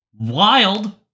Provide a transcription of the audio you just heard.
Wild